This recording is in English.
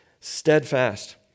steadfast